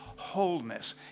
Wholeness